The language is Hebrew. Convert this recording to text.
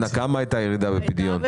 אנה, בכמה היתה ירידה בפדיון?